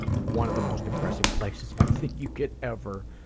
one of the most depressing places i think you could ever,